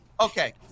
Okay